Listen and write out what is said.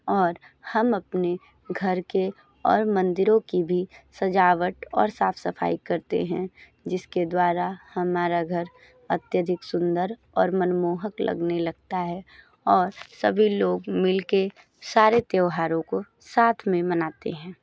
और हम अपने घर के और मंदिरों की भी सजावट और साफ सफाई करते हैं जिसके द्वारा हमारा घर अत्यधिक सुंदर और मनमोहक लगने लगता है और सभी लोग मिलके सारे त्यौहारों को साथ में मनाते हैं